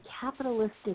capitalistic